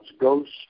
ghosts